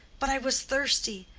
but i was thirsty,